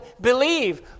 Believe